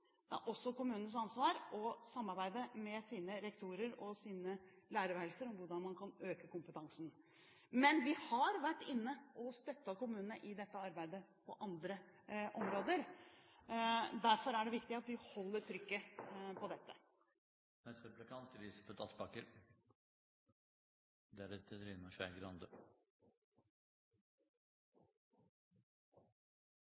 Det er også kommunenes ansvar å samarbeide med sine rektorer og lærerværelser om hvordan man kan øke kompetansen. Men vi har vært inne og støttet kommunene i dette arbeidet på andre områder. Derfor er det viktig at vi opprettholder trykket på dette.